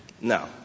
No